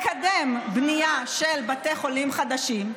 מקדם בנייה של בתי חולים חדשים,